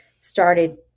started